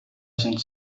sind